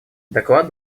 доклад